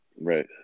Right